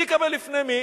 מי יקבל לפני מי?